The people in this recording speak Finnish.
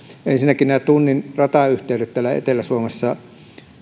ensinnäkin nämä tunnin ratayhteydet täällä etelä suomessa